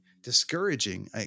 discouraging